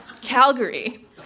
Calgary